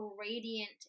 radiant